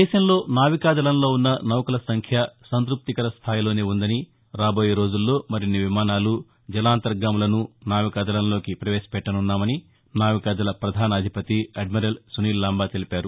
దేశంలో నావికాదళంలో ఉన్న నౌకల సంఖ్య సంత్పప్తికర స్థాయిలోనే ఉందని రాబోయే రోజుల్లో మరిన్ని విమానాలు జలాంతర్గాములను నావికాదళంలోకి పవేశపెట్టసున్నామని నావికాదళ పధాన అధిపతి అడ్మిరల్ సునీల్లాంబా తెలిపారు